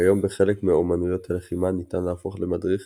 כיום בחלק מאמנויות הלחימה ניתן להפוך למדריך